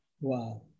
Wow